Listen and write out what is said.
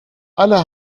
alle